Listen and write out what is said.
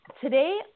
today